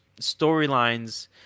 storylines